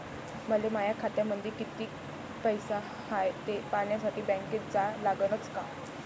मले माया खात्यामंदी कितीक पैसा हाय थे पायन्यासाठी बँकेत जा लागनच का?